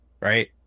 right